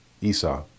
Esau